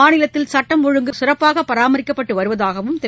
மாநிலத்தில் சட்டம் ஒழுங்கு சிறப்பாகபராமரிக்கப்பட்டுவருவதாகவும் திரு